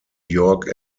york